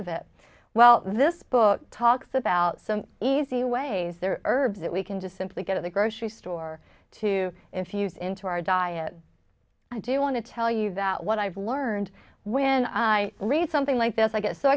of it well this book talks about some easy ways there herbs that we can just simply go to the grocery store to infuse into our diet i do want to tell you that what i've learned when i read something like this i get so